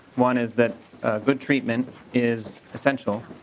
one is that could treatment is essential